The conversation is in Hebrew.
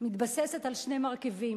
מתבססת על שני מרכיבים.